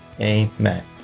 amen